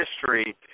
history